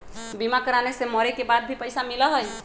बीमा कराने से मरे के बाद भी पईसा मिलहई?